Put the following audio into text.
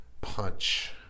punch